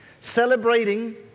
celebrating